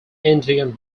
indian